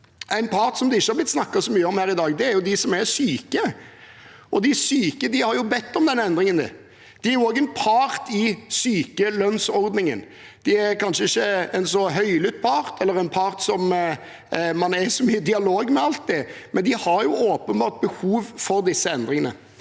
en part det ikke har blitt snakket så mye om her i dag, er de som er syke. De syke har bedt om denne endringen. De er også en part i sykelønnsordningen. De er kanskje ikke en så høylytt part eller en part man er så mye i dialog med alltid, men de har åpenbart behov for disse endringene.